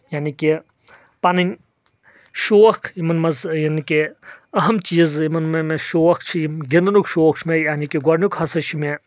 یعنی کہِ پنٕنۍ شوق یِمن منٛز یعنی کہِ أہم چیٖز یِمن مہ مےٚ شوق چھُ گنٛدنُک شوق چھُ مےٚ یعنی کہِ گۄڈنیُک ہسا چھُ مےٚ